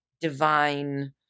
divine